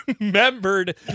remembered